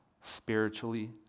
Spiritually